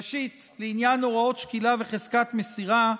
ראשית, לעניין הוראות שקילה וחזקת מסירה,